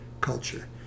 culture